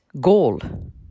goal